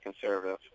conservative